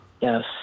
Yes